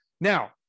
Now